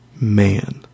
man